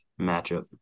matchup